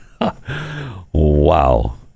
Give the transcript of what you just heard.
wow